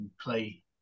play